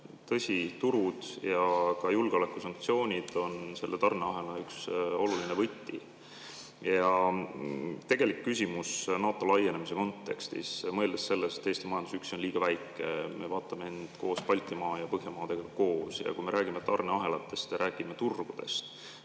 Tõsi, turud ja ka julgeolekusanktsioonid on selle tarneahela üks oluline võti. Minu küsimus on NATO laienemise kontekstis, mõeldes sellele, et Eesti majandus üksi on liiga väike, me vaatame end koos Baltimaade ja Põhjamaadega. Kui me räägime tarneahelatest, räägime turgudest,